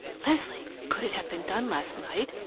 leslie, could it have been done last night?